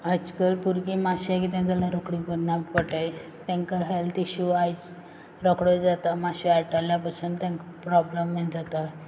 आजकाल भुरगीं मातशें कितें जालें रोखडीं बोर ना पोटाय तेंकां हेल्थ इश्यू आयज रोखडो जाता माशे आड्डोल्यार पासून तेंक प्रोब्लम हें जाता